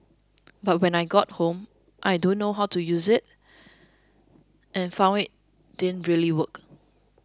but when I got home I don't know how to use it and found it didn't really work